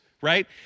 right